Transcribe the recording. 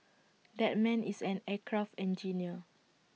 that man is an aircraft engineer